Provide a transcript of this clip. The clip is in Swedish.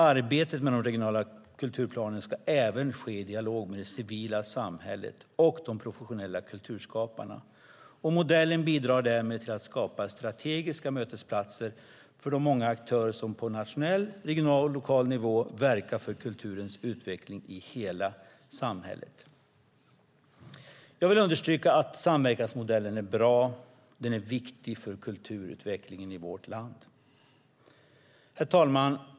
Arbetet med den regionala kulturplanen ska även ske i dialog med det civila samhället och de professionella kulturskaparna. Modellen bidrar därmed till att skapa strategiska mötesplatser för de många aktörer som på nationell, regional och lokal nivå verkar för kulturens utveckling i hela samhället. Jag vill understryka att samverkansmodellen är bra. Den är viktig för kulturutvecklingen i vårt land. Herr talman!